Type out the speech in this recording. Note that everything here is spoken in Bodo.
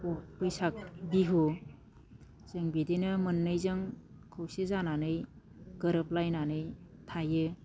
बैसाग बिहु जों बिदिनो मोननैजों खौसे जानानै गोरोब लायनानै थायो